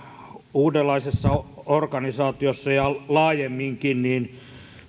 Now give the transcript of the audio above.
uudenlaisessa organisaatiossa ja laajemminkin